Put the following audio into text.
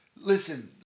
Listen